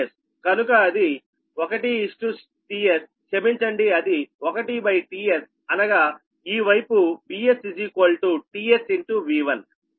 కనుక అది 1 tS క్షమించండి అది 1tSఅనగా ఈ వైపు VStSV1